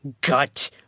gut